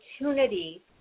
opportunity